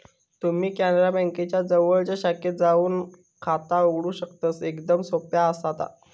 तुम्ही कॅनरा बँकेच्या जवळच्या शाखेत जाऊन खाता उघडू शकतस, एकदमच सोप्या आसा ता